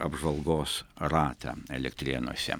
apžvalgos ratą elektrėnuose